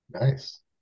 Nice